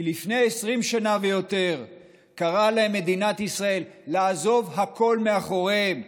כי לפני 20 שנה ויותר קראה להם מדינת ישראל לעזוב הכול מאחוריהם,